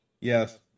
Yes